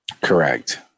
correct